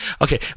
okay